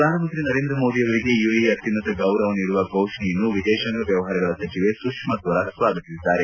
ಪ್ರಧಾನಮಂತ್ರಿ ನರೇಂದ್ರ ಮೋದಿ ಅವರಿಗೆ ಯುಎಇ ಅತ್ಯುನ್ನತ ಗೌರವ ನೀಡುವ ಘೋಷಣೆಯನ್ನು ವಿದೇಶಾಂಗ ವ್ಕವಹಾರಗಳ ಸಚಿವೆ ಸುಷ್ಮಾ ಸ್ವರಾಜ್ ಸ್ವಾಗತಿಸಿದ್ದಾರೆ